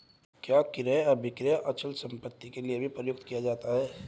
क्या क्रय अभिक्रय अचल संपत्ति के लिये भी प्रयुक्त किया जाता है?